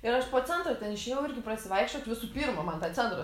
ir aš po centrą ten išėjau ir prasivaikščiot visų pirma man tą centrą